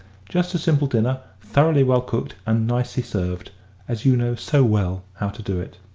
just a simple dinner, thoroughly well cooked, and nicely served as you know so well how to do it.